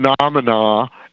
phenomena